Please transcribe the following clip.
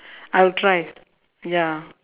I'll try ya